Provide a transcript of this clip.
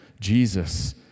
Jesus